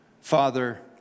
Father